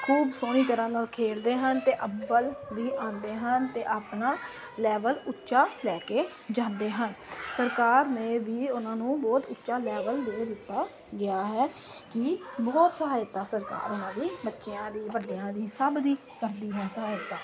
ਖੂਬ ਸੋਹਣੀ ਤਰਾਂ ਨਾਲ ਖੇਡਦੇ ਹਨ ਤੇ ਅੱਵਲ ਵੀ ਆਉਂਦੇ ਹਨ ਤੇ ਆਪਣਾ ਲੈਵਲ ਉੱਚਾ ਲੈ ਕੇ ਜਾਂਦੇ ਹਨ ਸਰਕਾਰ ਨੇ ਵੀ ਉਹਨਾਂ ਨੂੰ ਬਹੁਤ ਉੱਚਾ ਲੈਵਲ ਦੇ ਦਿੱਤਾ ਗਿਆ ਹੈ ਕਿ ਬਹੁਤ ਸਹਾਇਤਾ ਸਰਕਾਰ ਇਹਨਾਂ ਦੀ ਬੱਚਿਆਂ ਦੀ ਵੱਡਿਆਂ ਦੀ ਸਭ ਦੀ ਕਰਦੀ ਹੈ ਸਹਾਇਤਾ